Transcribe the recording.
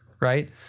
Right